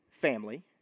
family